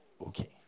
Okay